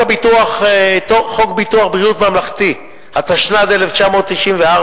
חוק ביטוח בריאות ממלכתי, התשנ"ד 1994,